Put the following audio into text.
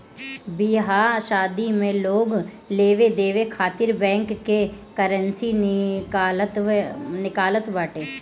बियाह शादी में लोग लेवे देवे खातिर बैंक से करेंसी निकालत बाटे